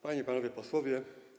Panie i Panowie Posłowie!